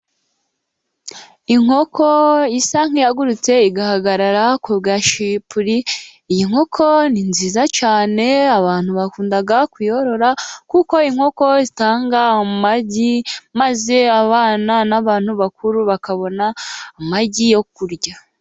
Inkoko isa nk'iyagurutse igahagarara ku gashipuri, inkoko ni nziza cyane abantu bakunda kuyorora, kuko inkoko zitanga amagi maze abana n'abantu bakuru bakabona amagi yo kurya.